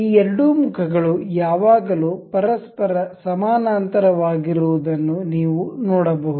ಈ ಎರಡು ಮುಖಗಳು ಯಾವಾಗಲೂ ಪರಸ್ಪರ ಸಮಾನಾಂತರವಾಗಿರುವುದನ್ನು ನೀವು ನೋಡಬಹುದು